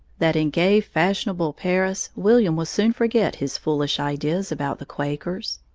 that in gay, fashionable paris, william will soon forget his foolish ideas about the quakers.